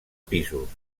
pisos